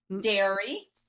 dairy